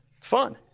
fun